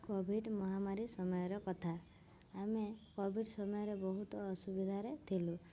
Covid ମହାମାରୀ ସମୟର କଥା ଆମେ କୋଭିଡ଼୍ ସମୟରେ ବହୁତ ଅସୁବିଧାରେ ଥିଲୁ